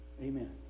Amen